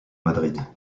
madrid